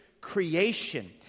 creation